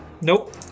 nope